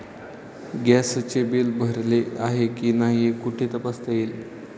गॅसचे बिल भरले आहे की नाही हे कुठे तपासता येईल?